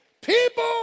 People